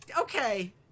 Okay